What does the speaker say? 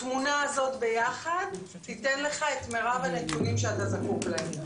התמונה הזאת ביחד תיתן לך את מירב הנתונים שאתה זקוק להם.